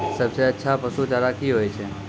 सबसे अच्छा पसु चारा की होय छै?